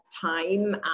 time